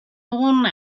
dugun